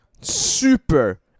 super